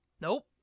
Nope